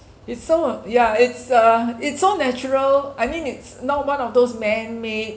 it's so uh yeah it's err it's all natural I mean it's not one of those man-made